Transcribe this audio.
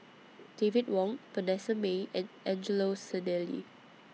David Wong Vanessa Mae and Angelo Sanelli